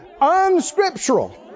Unscriptural